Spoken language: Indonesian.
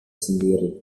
sendiri